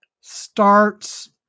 starts